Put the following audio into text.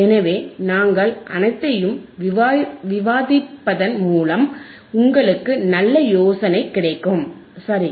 எனவே நாங்கள் அனைத்தையும் விவாதிப்பதன் மூலம் உங்களுக்கு நல்ல யோசனை கிடைக்கும் சரி